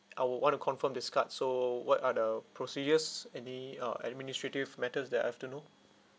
I would want to confirm this card so what are the procedures any uh administrative matters that I've to know